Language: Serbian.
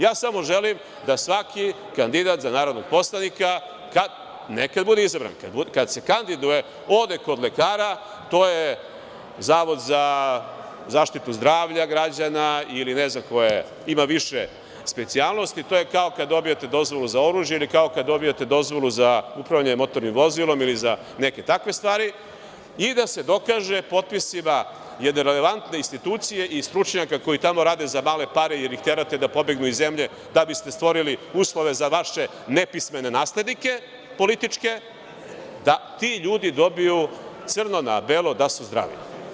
Ja samo želim da svaki kandidat za narodnog poslanika, ne kada bude izabran, kad se kandiduje ode kod lekara, to je Zavod za zaštitu zdravlja građana ili ne znam koje, ima više specijalnosti, to je kao kada dobijete dozvolu za oružje ili kao kada dobijete dozvolu za upravljanje motornim vozilom ili za neke takve stvari i da se dokaže potpisima jedne relevantne institucije i stručnjaka koji tamo rade za male pare ili ih terate da pobegnu iz zemlje, da biste stvorili uslove za veše nepismene naslednike političke, da ti ljudi dobiju crno na belo da su zdravi.